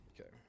Okay